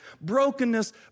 Brokenness